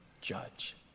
judge